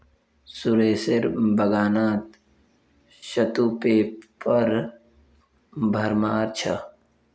सुरेशेर बागानत शतपुष्पेर भरमार छ